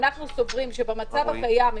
סוברים שבמצב הקיים,